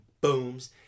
booms